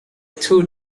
two